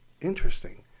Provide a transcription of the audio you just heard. Interesting